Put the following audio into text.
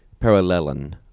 Parallelen